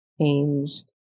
changed